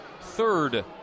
third